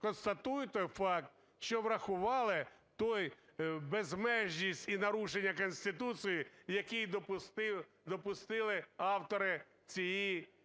констатую той факт, що врахували ту безмежність і порушення Конституції, які допустили автори цієї